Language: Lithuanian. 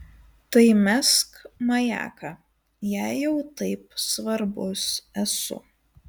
tai mesk majaką jei jau taip svarbus esu